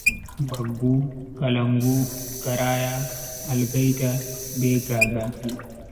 Mbaggu, kalangu, garaya, algaida, be gagasi